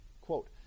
Quote